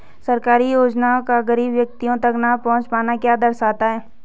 सरकारी योजनाओं का गरीब व्यक्तियों तक न पहुँच पाना क्या दर्शाता है?